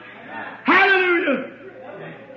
Hallelujah